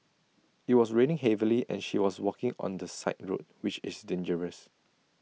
IT was raining heavily and she was walking on the side road which is dangerous